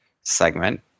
segment